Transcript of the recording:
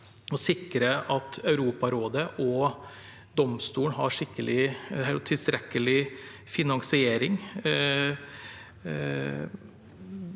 å sikre at Europarådet og domstolen har skikkelig, tilstrekkelig finansiering